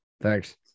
thanks